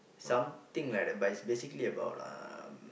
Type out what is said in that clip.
something like that but it's basically about uh